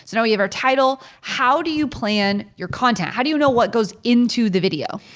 you know we have our title. how do you plan your content? how do you know what goes into the video?